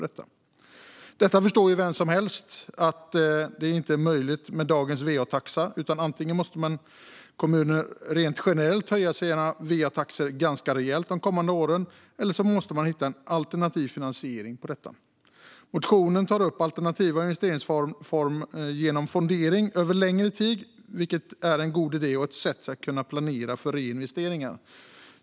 Det förstår ju vem som helst att detta inte är möjligt med dagens va-taxa, utan kommunerna måste antingen rent generellt höja sina va-taxor ganska rejält de kommande åren eller hitta en alternativ finansiering av detta. Motionen tar upp en alternativ investeringsform genom fondering över längre tid, vilket är en god idé och ett sätt att kunna planera för reinvesteringar.